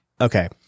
okay